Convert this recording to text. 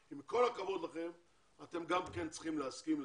עם כל הכבוד לכם אתם גם צריכים להסכים לזה.